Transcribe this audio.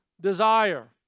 desire